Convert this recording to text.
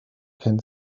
can